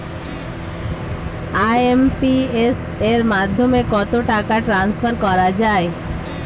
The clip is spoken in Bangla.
আই.এম.পি.এস এর মাধ্যমে কত টাকা ট্রান্সফার করা যায়?